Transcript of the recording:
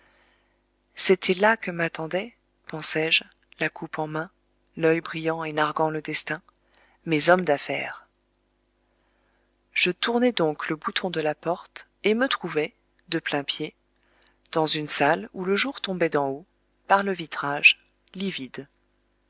c'était là que m'attendaient pensai-je la coupe en main l'œil brillant et narguant le destin mes hommes d'affaires je tournai donc le bouton de la porte et me trouvai de plain-pied dans une salle où le jour tombait d'en haut par le vitrage livide